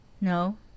No